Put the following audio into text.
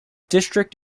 district